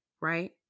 right